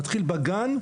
להתחיל בגן,